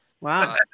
Wow